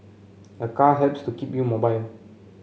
a car helps to keep you mobile